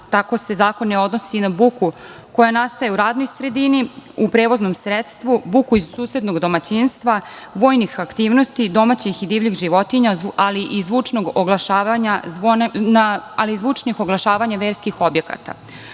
Tako se zakon ne odnosi na buku koja nastaje u radnoj sredini, u prevoznom sredstvu, buku iz susednog domaćinstva, vojnih aktivnosti, domaćih i divljih životinja ali i zvučnog oglašavanja zvona verskih objekata. Subjekti